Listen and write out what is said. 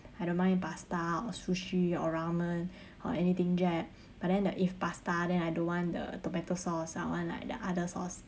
I don't mind pasta or sushi or ramen or anything jap but then like if pasta then I don't want the tomato sauce I want like the other sauce